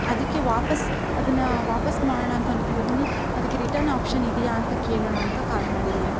ಅದಕ್ಕೆ ವಾಪಸ್ ಅದನ್ನು ವಾಪಸ್ ಮಾಡೋಣ ಅಂತ ಅನ್ಕೊಂಡಿದ್ದೀನಿ ಅದಕ್ಕೆ ರಿಟರ್ನ್ ಆಪ್ಷನ್ ಇದೆಯಾ ಅಂತ ಕೇಳೋಣ ಅಂತ ಕಾಲ್ ಮಾಡಿದೆ